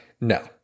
No